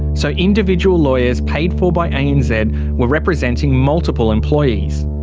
so individual lawyers paid for by anz and were representing multiple employees.